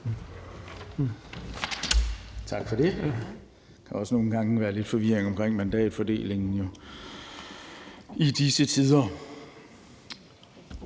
Tak for det. Der kan også nogle gange være lidt forvirring omkring mandatfordelingen i disse tider.